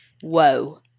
Whoa